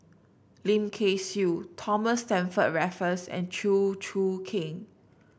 Lim Kay Siu Thomas Stamford Raffles and Chew Choo Keng